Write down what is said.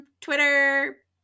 Twitter